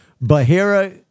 Bahira